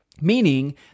meaning